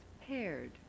paired